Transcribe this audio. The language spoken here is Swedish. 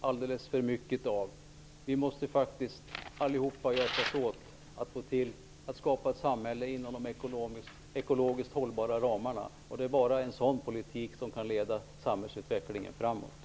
Fru talman! Betongpolitik och betongpolitiker har vi alldeles för mycket av. Vi måste alla hjälpas åt att skapa ett samhälle inom de ekologiskt hållbara ramarna. Det är bara en sådan politik som kan leda samhällsutvecklingen framåt.